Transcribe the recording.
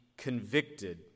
Convicted